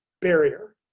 barrier